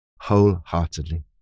wholeheartedly